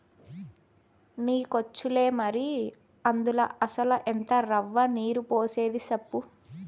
నీకొచ్చులే మరి, అందుల అసల ఎంత రవ్వ, నీరు పోసేది సెప్పు